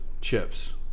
chips